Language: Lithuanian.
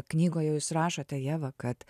knygoje jūs rašote ieva kad